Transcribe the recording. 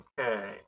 Okay